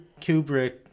kubrick